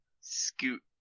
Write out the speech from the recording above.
Scoot